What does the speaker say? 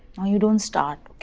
you don't start.